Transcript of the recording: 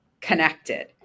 connected